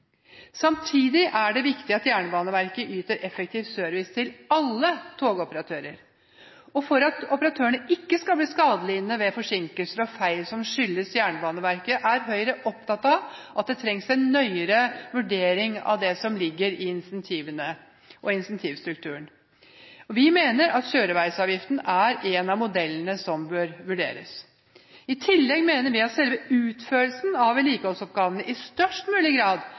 Samtidig er det viktig at Jernbaneverket yter effektiv service til alle togoperatører. For at operatørene ikke skal bli skadelidende ved forsinkelser og feil som skyldes Jernbaneverket, er Høyre opptatt av at det trengs en nøyere vurdering av det som ligger i incentivene og incentivstrukturen. Vi mener at kjøreveisavgiften er en av modellene som bør vurderes. I tillegg mener vi at selve utførelsen av vedlikeholdsoppgavene i størst mulig grad